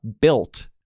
built